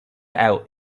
out